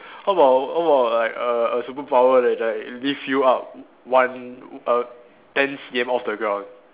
how about how about like a a superpower that like lift you up one err ten C_M off the ground